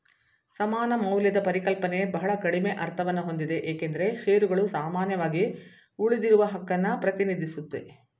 ಸಮಾನ ಮೌಲ್ಯದ ಪರಿಕಲ್ಪನೆ ಬಹಳ ಕಡಿಮೆ ಅರ್ಥವನ್ನಹೊಂದಿದೆ ಏಕೆಂದ್ರೆ ಶೇರುಗಳು ಸಾಮಾನ್ಯವಾಗಿ ಉಳಿದಿರುವಹಕನ್ನ ಪ್ರತಿನಿಧಿಸುತ್ತೆ